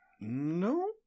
No